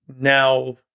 Now